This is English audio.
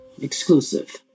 Exclusive